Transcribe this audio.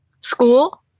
school